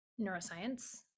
neuroscience